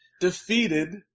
defeated